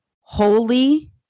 holy